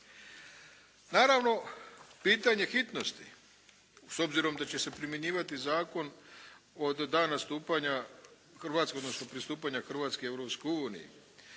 Naravno pitanje hitnosti s obzirom da će se primjenjivati zakon od dana stupanja Hrvatske, odnosno pristupanja Hrvatske Europskoj uniji